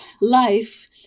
life